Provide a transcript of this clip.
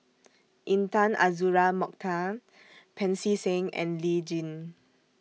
Intan Azura Mokhtar Pancy Seng and Lee Tjin